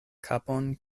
kapon